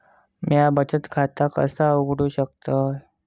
म्या बचत खाता कसा उघडू शकतय?